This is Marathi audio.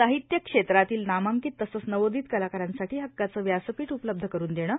साहित्य क्षेत्रातील नामांकित तसंच नवोदित कलाकारांसाठी हक्काचं व्यासपीठ उपलब्ध करून देणं